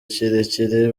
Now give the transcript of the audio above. kirekire